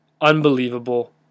unbelievable